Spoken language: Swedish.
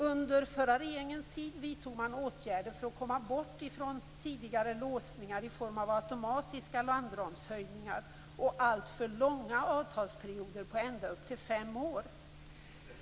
Under den förra regeringens tid vidtog man åtgärder för att komma bort från tidigare låsningar i form av automatiska landramshöjningar och alltför långa avtalsperioder på ända upp till fem år.